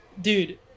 Dude